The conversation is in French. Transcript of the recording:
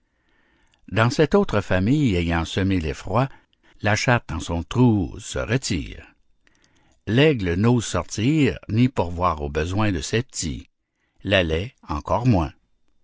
dans cette autre famille ayant semé l'effroi la chatte en son trou se retire l'aigle n'ose sortir ni pourvoir aux besoins de ses petits la laie encore moins